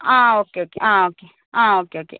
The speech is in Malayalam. ആ ഓക്കെ ഓക്കെ ആ ഓക്കെ ആ ഓക്കെ ഓക്കെ